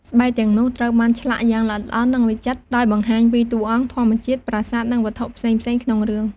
ស្បែកទាំងនោះត្រូវបានឆ្លាក់យ៉ាងល្អិតល្អន់ និងវិចិត្រ ដោយបង្ហាញពីតួអង្គ ធម្មជាតិ ប្រាសាទ និងវត្ថុផ្សេងៗក្នុងរឿង។